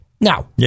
Now